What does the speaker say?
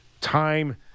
time